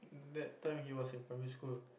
that time he was in primary school